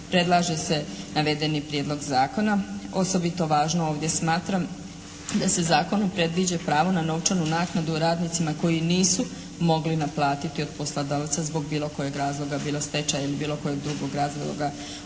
predlaže se navedeni Prijedlog zakona. Osobito važno ovdje smatram da se zakonom predviđa pravo na novčanu naknadu radnicima koji nisu mogli naplatiti od poslodavca zbog bilo kojeg razloga bilo stečaja ili bilo kojeg drugog razloga,